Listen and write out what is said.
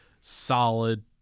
Solid